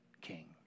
king